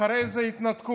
אחרי זה התנתקות.